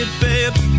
babe